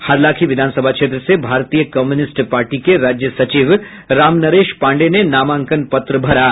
हरलाखी विधानसभा क्षेत्र से भारतीय कम्युनिस्ट पार्टी के राज्य सचिव रामनरेश पांडेय ने नामांकन पत्र दाखिल किया